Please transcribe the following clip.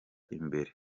imbere